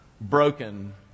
broken